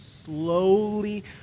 slowly